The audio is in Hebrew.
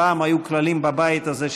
פעם היו כללים בבית הזה,